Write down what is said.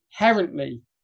inherently